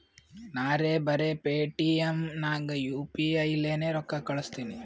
ನಾರೇ ಬರೆ ಪೇಟಿಎಂ ನಾಗ್ ಯು ಪಿ ಐ ಲೇನೆ ರೊಕ್ಕಾ ಕಳುಸ್ತನಿ